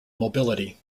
mobility